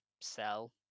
sell